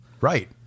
Right